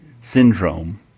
Syndrome